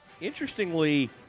Interestingly